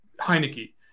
Heineke